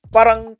Parang